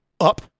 up